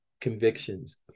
convictions